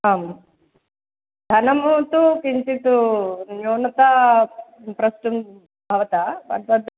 आम् धनं तु किञ्चित् न्यूनता पृष्ठं भवता तत्